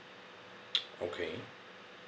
okay